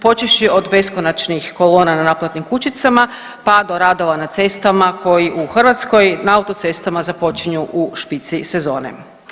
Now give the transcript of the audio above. Počevši od beskonačnih kolona na naplatnim kućicama pa do radova na cestama koji u Hrvatskoj na autocestama počinju u špici sezone.